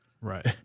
Right